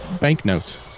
banknote